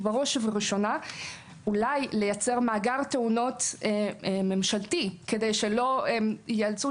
בראש ובראשונה אולי לייצר מאגר תאונות ממשלתי כדי שלא ייאלצו